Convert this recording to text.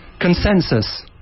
Consensus